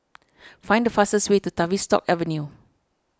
find the fastest way to Tavistock Avenue